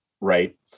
right